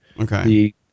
Okay